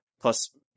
plus